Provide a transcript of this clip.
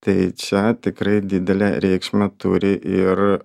tai čia tikrai didelę reikšmę turi ir